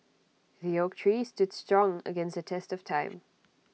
the oak tree stood strong against the test of time